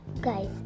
guys